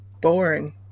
boring